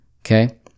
Okay